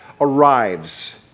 arrives